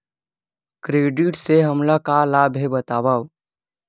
Credit से हमला का लाभ हे बतावव?